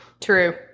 True